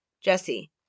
Jesse